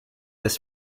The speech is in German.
des